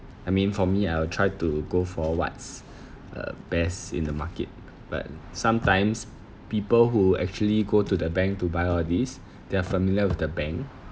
I mean for me I'll try to go for what's uh best in the market but sometimes people who actually go to the bank to buy all this they're familiar with the bank